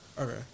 okay